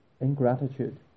ingratitude